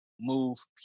move